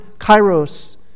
kairos